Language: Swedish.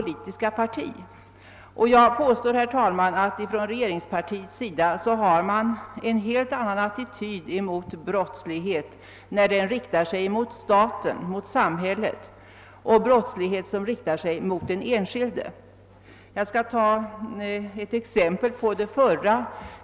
Herr talman, jag vill påpeka att regeringspartiet har en helt annan attityd mot brottslighet när denna riktar sig mot staten, mot samhället, än då den riktar sig mot den enskilde. Jag skall ta ett exempel på det förra.